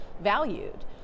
valued